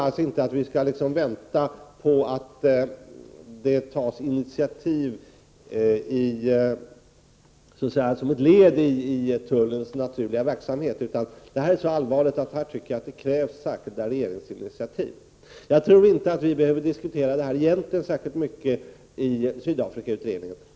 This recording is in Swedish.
Jag tror inte att man skall vänta på att det tas initiativ så att säga som ett led i tullens naturliga verksamhet. Detta är så allvarligt, och därför krävs det särskilda regeringsinitiativ. Jag tror inte att vi behöver diskutera detta särskilt mycket i Sydafrikakommittén.